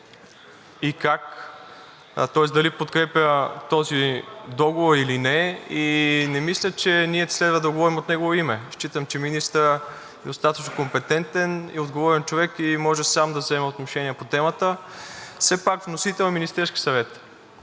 и как, тоест дали подкрепя този договор или не и не мисля, че ние следва да говорим от негово име. Считам, че министърът е достатъчно компетентен и отговорен човек и може сам да вземе отношение по темата. Все пак вносител е Министерският съвет